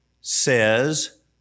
Says